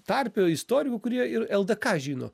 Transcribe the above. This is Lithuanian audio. tarpe istorikų kurie ir ldk žino